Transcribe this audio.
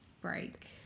break